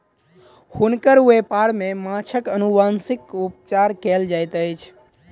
हुनकर व्यापार में माँछक अनुवांशिक उपचार कयल जाइत अछि